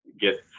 get